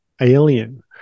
Alien